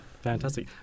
Fantastic